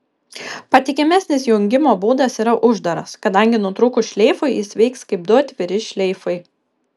patikimesnis jungimo būdas yra uždaras kadangi nutrūkus šleifui jis veiks kaip du atviri šleifai